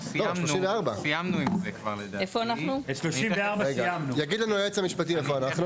רגע, זה של המחנה הממלכתי.